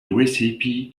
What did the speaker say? recipe